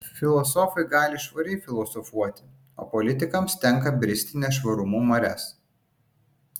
filosofai gali švariai filosofuoti o politikams tenka bristi nešvarumų marias